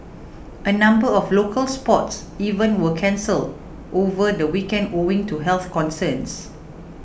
a number of local sports events were cancelled over the weekend owing to health concerns